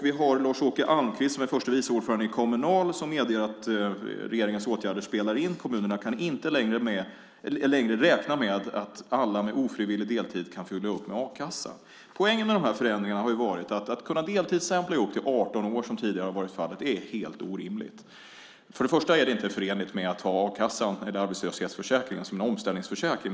Lars-Åke Almqvist, förste vice ordförande i Kommunal, medger att regeringens åtgärder spelar in: Kommunerna kan inte längre räkna med att alla med ofrivillig deltid kan fylla upp med a-kassa. Poängen med de här förändringarna - man har ju kunnat deltidsstämpla i upp till 18 år; så har tidigare varit fallet, och detta är helt orimligt - är först och främst att detta inte är förenligt med att ha arbetslöshetsförsäkringen som en omställningsförsäkring.